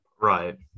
Right